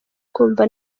kumva